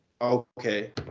Okay